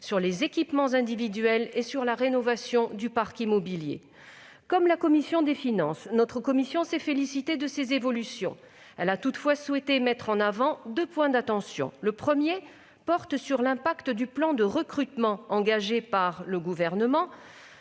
sur les équipements individuels et sur la rénovation du parc immobilier. Comme la commission des finances, la commission des lois s'est félicitée de ces évolutions. Elle a toutefois souhaité mettre en avant deux points qui doivent appeler l'attention. Le premier point porte sur l'impact du plan de recrutements engagé par le Gouvernement.